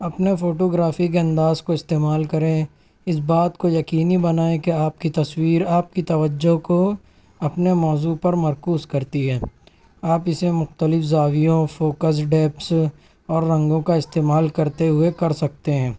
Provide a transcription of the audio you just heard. اپنے فوٹوگرافی کے انداز کو استعمال کریں اس بات کو یقینی بنائیں کہ آپ کی تصویر آپ کی توجہ کو اپنے موضوع پر مرکوز کرتی ہے آپ اسے مختلف زاویوں فوکس ڈیپ سے اور رنگوں کا استعمال کرتے ہوئے کر سکتے ہیں